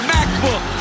MacBook